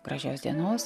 gražios dienos